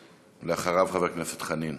חאג' יחיא, ואחריו, חבר הכנסת חנין.